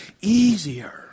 easier